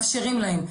מאפשרים להם,